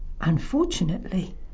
unfortunately